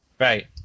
Right